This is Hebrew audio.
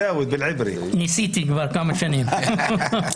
ניסיתי כבר כמה שנים.